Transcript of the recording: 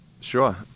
Sure